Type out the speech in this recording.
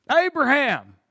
Abraham